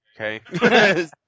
okay